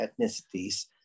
ethnicities